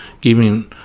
giving